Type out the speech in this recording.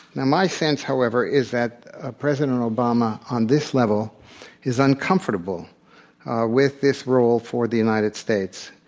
now, my sense, however, is that ah president obama on this level is uncomfortable with this role for the united states.